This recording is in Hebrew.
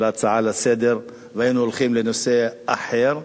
ההצעה לסדר-היום והיינו הולכים לנושא אחר.